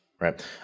right